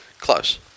Close